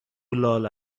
لال